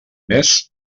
mes